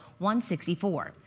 164